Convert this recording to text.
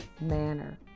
manner